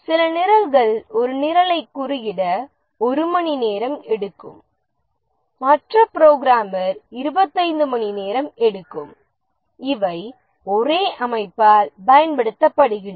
சில நிரல்கள் ஒரு நிரலைக் குறியிட 1 மணிநேரம் எடுக்கும் மற்ற புரோகிராமர் 25 மணிநேரம் எடுக்கும் இவை ஒரே அமைப்பால் பயன்படுத்தப்படுகின்றன